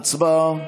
הצבעה.